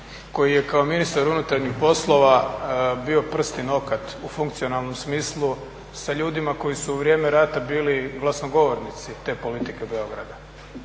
koji je kao ministar unutarnjih poslova bio prst i nokat u funkcionalnom smislu sa ljudima koji su u vrijeme rata bili glasnogovornici te politike Beograda.